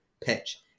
pitch